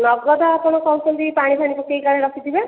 ନଗଦ ଆପଣ କହୁଛନ୍ତି ପାଣି ଫାଣି ପକେଇକି କାଳେ ରଖିଥିବେ